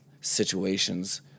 situations